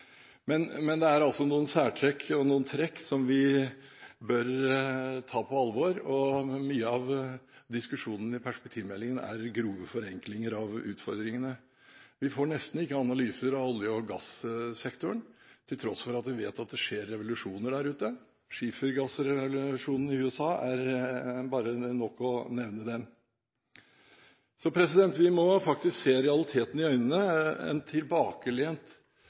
Men det er altså noen særtrekk vi bør ta på alvor, og mye av diskusjonene i perspektivmeldingen er grove forenklinger av utfordringene. Vi får nesten ikke analyser av olje- og gassektoren, til tross for at vi vet at det skjer revolusjoner der ute. Det er nok bare å nevne skifergassrevolusjonen i USA. Vi må faktisk se realitetene i øynene. En tilbakelent